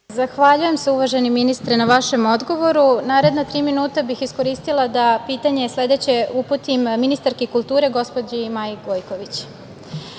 Zahvaljujem se uvaženi ministre na vašem odgovoru. Naredna tri minuta bih iskoristila da sledeće pitanje uputim ministarki kulture, gospođi Maji Gojković.U